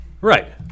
Right